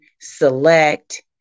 select